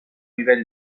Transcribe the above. nivell